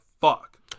fuck